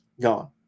gone